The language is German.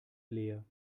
leer